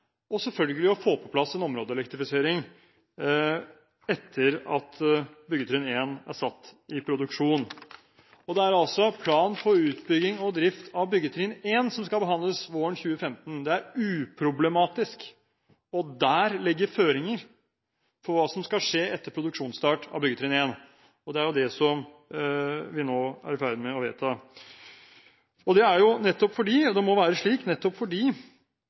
og selvfølgelig å få på plass en områdeelektrifisering etter at byggetrinn 1 er satt i produksjon. Det er plan for utbygging og drift av byggetrinn 1 som skal behandles våren 2015. Det er uproblematisk. Det ligger føringer for hva som skal skje etter produksjonsstart av byggetrinn 1 – det er det som vi nå er i ferd med å vedta. Det må være slik, nettopp fordi